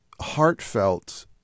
heartfelt